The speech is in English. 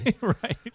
Right